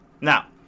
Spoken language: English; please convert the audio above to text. Now